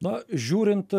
na žiūrint